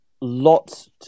Lots